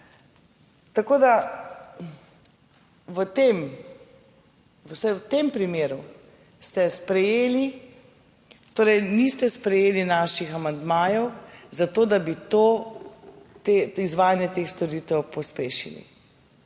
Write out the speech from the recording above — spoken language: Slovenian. tem, vsaj v tem primeru ste sprejeli, torej niste sprejeli naših amandmajev zato, da bi to izvajanje teh storitev pospešili,